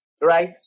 right